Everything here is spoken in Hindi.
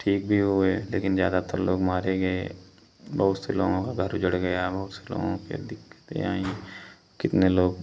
ठीक भी हो गए लेकिन ज़्यादातर लोग मारे गए बहुत से लोगों का घर उजड़ गया बहुत से लोगों के दिक़्क़तें आई कितने लोग